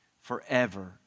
forever